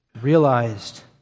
realized